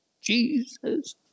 Jesus